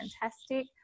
fantastic